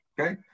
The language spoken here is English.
okay